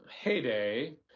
heyday